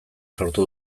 sortu